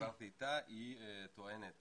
היא טוענת